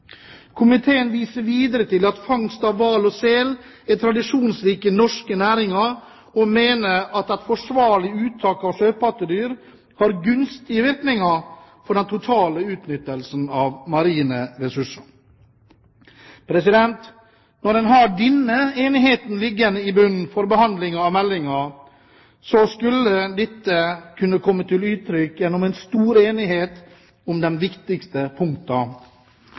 Komiteen viser videre til at fangst av hval og sel er tradisjonsrike norske næringer, og mener at et forsvarlig uttak av sjøpattedyr har gunstige virkninger for den totale utnyttelsen av marine ressurser. Når en har denne enigheten i bunnen for behandlingen av meldingen, skulle det kunne komme til uttrykk gjennom stor enighet om de viktigste